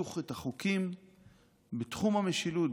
תביאו את החוקים בתחום המשילות,